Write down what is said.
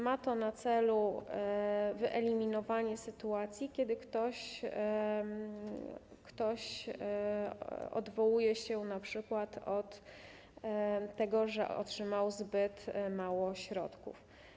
Ma to na celu wyeliminowanie sytuacji, kiedy ktoś odwołuje się np. od tego, że otrzymał zbyt mało środków.